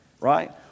right